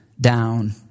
down